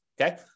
Okay